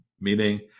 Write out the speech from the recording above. Meaning